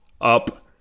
up